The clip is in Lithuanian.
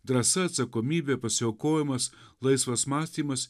drąsa atsakomybė pasiaukojimas laisvas mąstymas